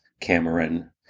Cameron